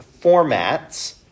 formats